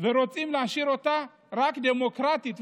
ורוצים להשאיר אותה רק דמוקרטית.